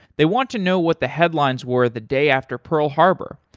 they want to know what the headlines were the day after pearl harbor.